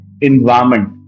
environment